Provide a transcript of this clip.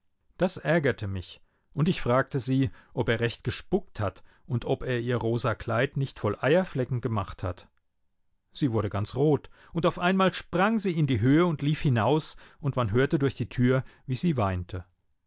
das ärgerte mich und ich fragte sie ob er recht gespukt hat und ob er ihr rosakleid nicht voll eierflecken gemacht hat sie wurde ganz rot und auf einmal sprang sie in die höhe und lief hinaus und man hörte durch die tür wie sie weinte